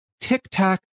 tic-tac